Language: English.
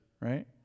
right